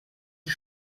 die